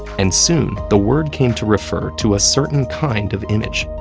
and soon, the word came to refer to a certain kind of image.